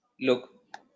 Look